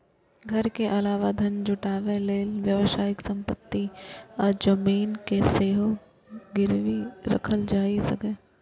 घर के अलावा धन जुटाबै लेल व्यावसायिक संपत्ति आ जमीन कें सेहो गिरबी राखल जा सकैए